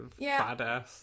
badass